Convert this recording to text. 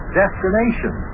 destination